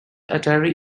atari